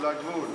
של הגבול.